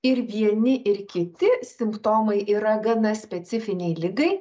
ir vieni ir kiti simptomai yra gana specifinei ligai